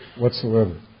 whatsoever